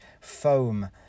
foam